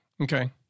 Okay